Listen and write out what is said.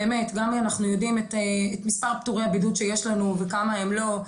באמת גם אנחנו יודעים את מספר פטורי הבידוד שיש לנו וכמה הם לא,